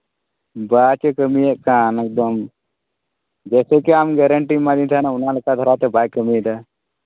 ᱵᱟ ᱪᱚ ᱠᱟᱹᱢᱤᱭᱮᱫ ᱠᱟᱱ ᱮᱠᱫᱚᱢ ᱡᱮᱭᱥᱮ ᱠᱤ ᱟᱢ ᱜᱮᱨᱮᱱᱴᱤᱢ ᱮᱢᱟᱫᱤᱧ ᱛᱟᱦᱮᱱᱟ ᱚᱱᱟ ᱞᱮᱠᱟ ᱫᱷᱟᱨᱟᱛᱮ ᱵᱟᱭ ᱠᱟᱹᱢᱤᱭᱮᱫᱟ